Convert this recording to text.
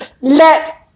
Let